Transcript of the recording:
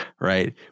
right